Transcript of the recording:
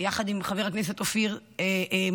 יחד עם חבר הכנסת אופיר כץ